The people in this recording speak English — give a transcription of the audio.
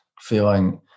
feeling